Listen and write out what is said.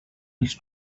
els